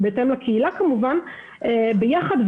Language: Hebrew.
ביחד,